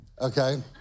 okay